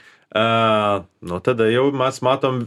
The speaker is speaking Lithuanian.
a nu tada jau mes matom